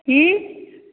की